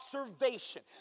observation